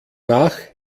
nach